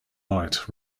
light